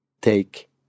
take